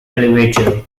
elevator